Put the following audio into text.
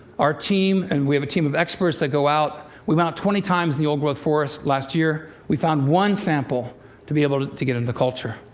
our team and we have a team of experts that go out we went out twenty times in the old-growth forest last year. we found one sample to be able to to get into culture.